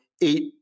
Eight